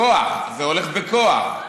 כוח, זה הולך בכוח.